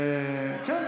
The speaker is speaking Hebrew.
וכן,